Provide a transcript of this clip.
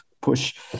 push